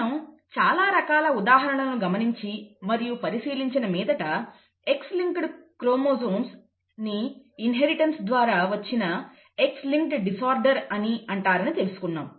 మనం చాలా రకాల ఉదాహరణలను గమనించి మరియు పరిశీలించిన మీదట X లింక్డ్ క్రోమోజోమ్స్ ని ఇన్హెరిటెన్స్ ద్వారా వచ్చిన X లింక్డ్ డిసార్డర్ అని అంటారని తెలుసుకున్నాము